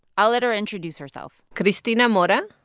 i'll let her introduce herself cristina mora,